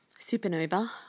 supernova